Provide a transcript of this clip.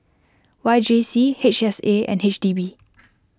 Y J C H S A and H D B